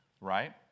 right